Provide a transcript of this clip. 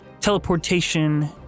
teleportation